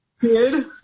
Kid